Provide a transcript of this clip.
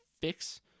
fix